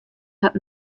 hat